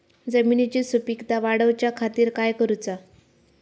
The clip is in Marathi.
जमिनीची सुपीकता वाढवच्या खातीर काय करूचा?